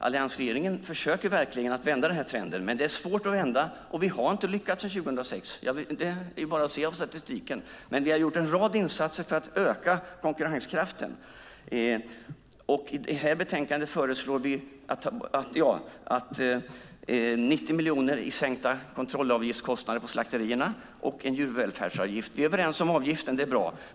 Alliansregeringen försöker verkligen att vända trenden. Men den är svår att vända, och vi har inte lyckats sedan 2006 - det är bara att se av statistiken. Men vi har gjort en rad insatser för att öka konkurrenskraften. I betänkandet föreslår vi 90 miljoner i sänkta kontrollavgiftskostnader på slakterierna och en djurvälfärdsavgift. Vi är överens om avgiften; det är bra.